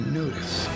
notice